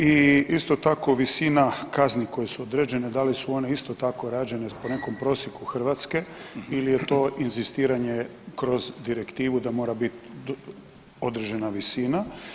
I isto tako visina kazni koje su određene, da li su one isto tako rađene po nekom prosjeku Hrvatske ili je to inzistiranje kroz direktivu da mora biti određena visina.